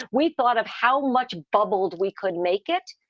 we thought of how much bubbled we could make it.